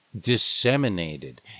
disseminated